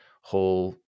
whole